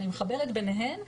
אני מחברת ביניהן,